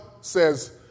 says